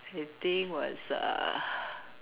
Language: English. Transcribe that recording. I think was uh